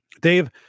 Dave